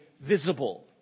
visible